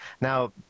Now